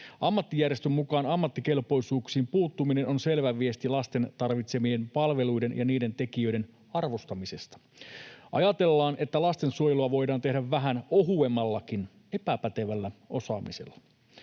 Ammattijärjestön mukaan ammattikelpoisuuksiin puuttuminen on selvä viesti lasten tarvitsemien palveluiden ja niiden tekijöiden arvosta, kun ajatellaan, että lastensuojelua voidaan tehdä vähän ohuemmallakin, epäpätevällä osaamisella.